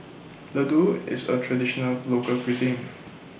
Ladoo IS A Traditional Local Cuisine